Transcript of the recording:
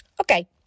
Okay